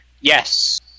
Yes